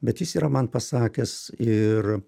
bet jis yra man pasakęs ir